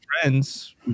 friends